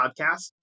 podcast